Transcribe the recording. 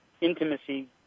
intimacy